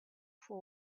for